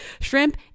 Shrimp